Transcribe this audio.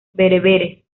bereberes